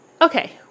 Okay